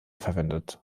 verwendet